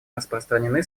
распространены